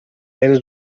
vents